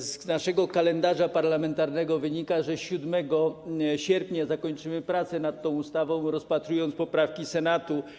Z naszego kalendarza parlamentarnego wynika, że 7 sierpnia zakończymy prace nad tą ustawą, rozpatrując poprawki Senatu.